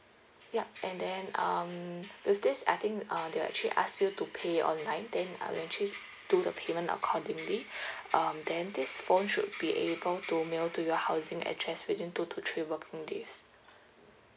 yup and then um with this I think uh they'll actually ask you to pay online then ah you'll actually do the payment accordingly um then this phone should be able to mail to your housing address within two to three working days